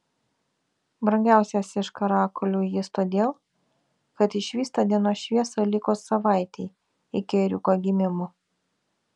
brangiausias iš karakulių jis todėl kad išvysta dienos šviesą likus savaitei iki ėriuko gimimo